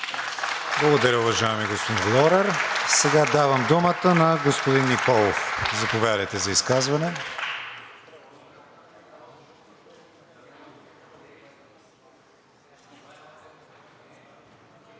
Благодаря, уважаеми господин Лорер. Сега давам думата на господин Николов. Заповядайте за изказване.